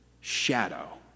shadow